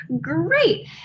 Great